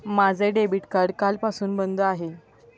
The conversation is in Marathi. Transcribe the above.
माझे डेबिट कार्ड कालपासून बंद आहे